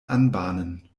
anbahnen